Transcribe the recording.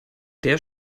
der